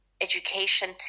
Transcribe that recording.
education